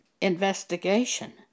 investigation